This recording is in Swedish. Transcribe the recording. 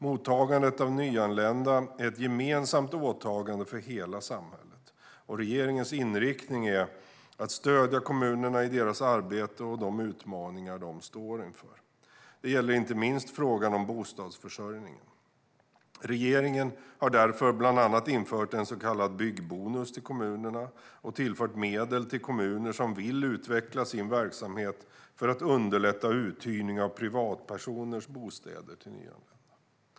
Mottagandet av nyanlända är ett gemensamt åtagande för hela samhället, och regeringens inriktning är att stödja kommunerna i deras arbete och de utmaningar de står inför. Det gäller inte minst frågan om bostadsförsörjningen. Regeringen har därför bland annat infört en så kallad byggbonus till kommunerna och tillfört medel till kommuner som vill utveckla sin verksamhet för att underlätta uthyrning av privatpersoners bostäder till nyanlända.